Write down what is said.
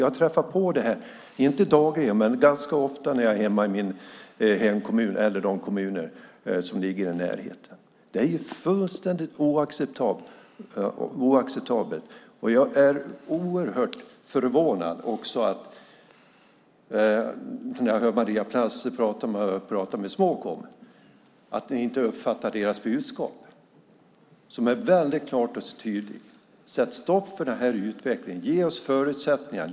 Jag träffar på detta inte dagligen men ganska ofta när jag är i min hemkommun eller de kommuner som ligger i närheten. Det är fullständigt oacceptabelt, och när jag hör Maria Plass prata om Småkom är jag oerhört förvånad att ni inte uppfattar deras budskap. Det är väldigt klart och tydligt: Sätt stopp för denna utveckling! Ge oss förutsättningar!